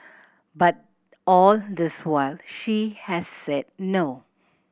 but all this while she has said no